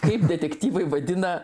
kaip detektyvai vadina